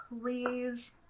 please